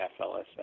FLSA